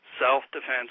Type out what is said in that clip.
self-defense